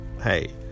Hey